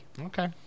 Okay